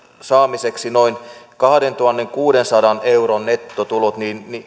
saamiseksi noin kahdentuhannenkuudensadan euron nettotulot